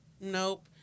nope